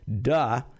Duh